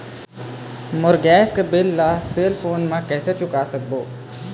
मोर gas के bill ला cell phone से कैसे म चुका सकबो?